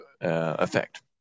effect